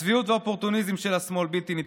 הצביעות והאופורטוניזם של השמאל בלתי נתפסים.